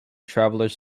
travelers